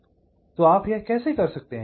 तो आप यह कैसे कर सकते हैं